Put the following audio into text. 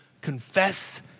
confess